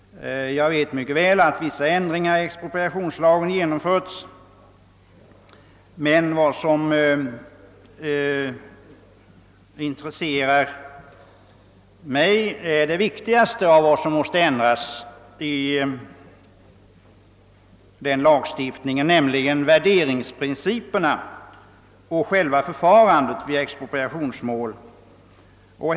Jag vet mycket väl att vissa ändringar genomförts i expropriationslagen, men vad som intresserar mig är det enligt min uppfattning viktigaste av vad som måste ändras i denna lagstiftning, nämligen värderingsprinciperna och själva förfarandet vid expropriationsmål.